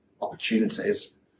opportunities